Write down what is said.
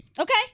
Okay